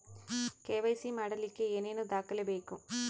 KYC ಮಾಡಲಿಕ್ಕೆ ಏನೇನು ದಾಖಲೆಬೇಕು?